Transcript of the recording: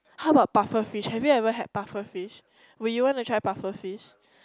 how about pufferfish have you ever had pufferfish will you want to try pufferfish